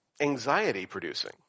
anxiety-producing